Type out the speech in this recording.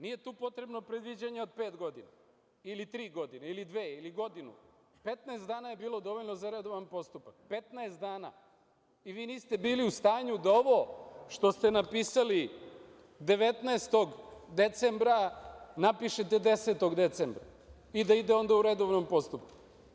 Nije tu potrebno predviđanje od pet godina ili tri godine ili dve ili godinu, 15 dana je bilo dovoljno za redovan postupak i vi niste bili u stanju da ovo što ste napisali 19. decembra napišete 10. decembra i da onda ide u redovnom postupku.